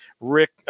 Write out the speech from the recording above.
Rick